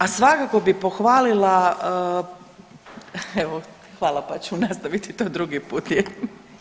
A svakako bi pohvalila, evo hvala pa ću nastaviti to drugi put.